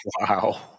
wow